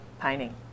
painting